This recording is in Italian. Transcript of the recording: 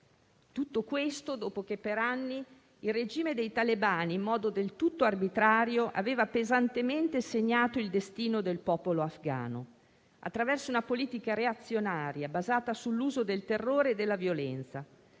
Tutto questo dopo che per anni il regime dei talebani, in modo del tutto arbitrario, aveva pesantemente segnato il destino del popolo afghano, attraverso una politica reazionaria, basata sull'uso del terrore e della violenza.